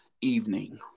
evening